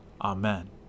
Amen